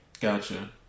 gotcha